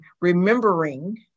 remembering